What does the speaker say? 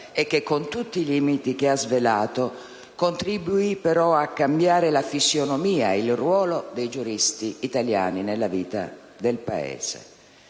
e, con tutti i limiti che ha svelato, contribuì a cambiare la fisionomia e il ruolo dei giuristi italiani nella vita del Paese.